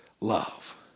love